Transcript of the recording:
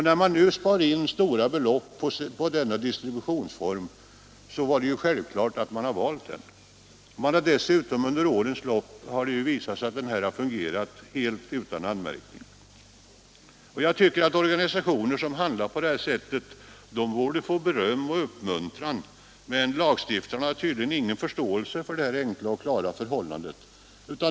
När man spar in stora belopp på denna distributionsform, är det självklart att man valt den. Den har dessutom under årens lopp visat sig fungera helt utan anmärkning. Jag tycker att organisationer som handlar på sådant sätt borde få beröm och uppmuntran, men lagstiftarna har tydligen ingen förståelse för detta enkla och klara förhållande.